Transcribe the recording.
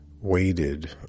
waited